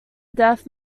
death